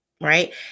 right